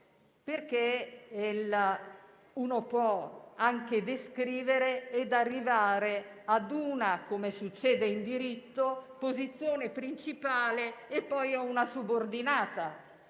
ma uno può anche descrivere arrivando, come succede in diritto, a una posizione principale e poi a una subordinata.